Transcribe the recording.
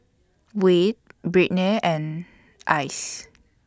Wayde Brittnay and Alyce